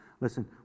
Listen